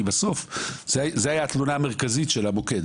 כי בסוף זה היה התלונה המרכזית של המוקד.